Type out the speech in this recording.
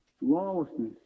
lawlessness